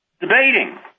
debating